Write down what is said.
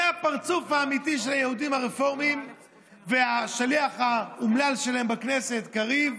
זה הפרצוף האמיתי של היהודים הרפורמים והשליח האומלל שלהם בכנסת קריב.